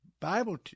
Bible